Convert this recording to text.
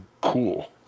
cool